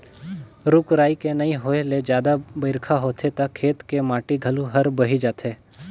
रूख राई के नइ होए ले जादा बइरखा होथे त खेत के माटी घलो हर बही जाथे